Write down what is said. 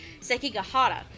Sekigahara